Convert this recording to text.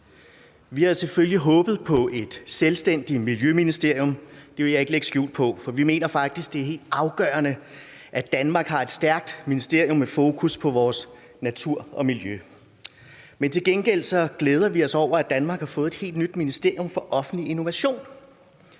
Vi havde selvfølgelig håbet på et selvstændigt miljøministerium, det vil jeg ikke lægge skjul på, for vi mener faktisk, at det er helt afgørende, at Danmark har et stærkt ministerium med fokus på vores natur og miljø. Men til gengæld glæder vi os over, at Danmark har fået et helt nyt ministerium for offentlig innovation.